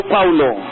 Paulo